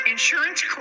Insurance